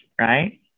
right